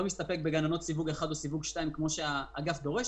אני לא מסתפק בגננות בעלות סיווג אחד או סיווג שניים כמו שהאגף דורש.